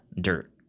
dirt